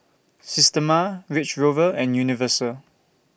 Systema Range Rover and Universal